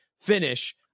finish